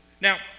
now